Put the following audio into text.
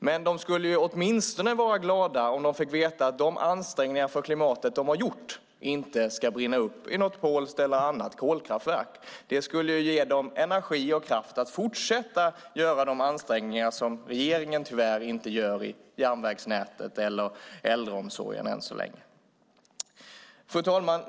Men de skulle åtminstone vara glada om de fick veta att de ansträngningar för klimatet de har gjort inte ska brinna upp i något polskt eller annat kolkraftverk. Det skulle ge dem energi och kraft att fortsätta att göra de ansträngningar som regeringen tyvärr inte gör i järnvägsnätet eller äldreomsorgen än så länge. Fru talman!